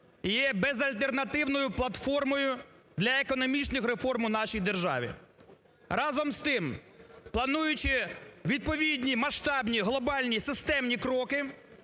є безальтернативною платформою для економічних реформ в нашій державі. Разом з тим, плануючи відповідні масштабні, глобальні системні кроки,